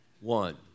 one